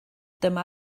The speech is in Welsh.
dyma